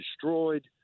destroyed